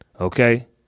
Okay